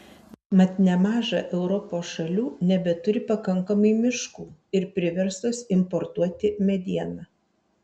mat nemaža europos šalių nebeturi pakankamai miškų ir priverstos importuoti medieną